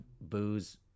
Booze